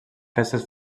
festes